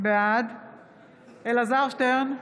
בעד אלעזר שטרן,